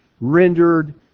rendered